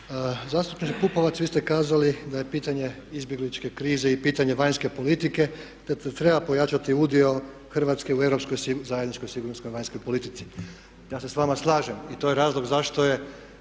Zastupnik Pupovac, vi ste kazali da je pitanje izbjegličke krize i pitanje vanjske politike, da treba pojačati udio Hrvatske u europskoj zajedničkoj sigurnosnoj vanjskoj politici. Ja se sa vama slažem i to je razlog zašto je